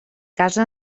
casa